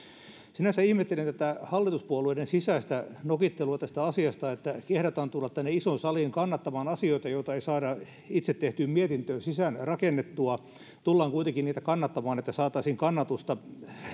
sinänsä ihmettelen tätä hallituspuolueiden sisäistä nokittelua tästä asiasta kehdataan tulla tänne isoon saliin kannattamaan asioita joita ei saada itse tehtyä mietintöön sisään rakennettua tullaan kuitenkin niitä kannattamaan että saataisiin kannatusta